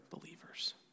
believers